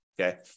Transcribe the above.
okay